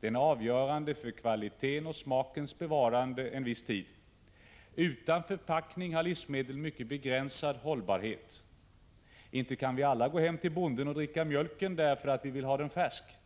Den är avgörande för kvaliteten och för smakens bevarande en viss tid. Utan förpackning har livsmedlen mycket begränsad hållbarhet. Alla kan vi inte gå hem till bonden och dricka mjölken där för att få den färsk, men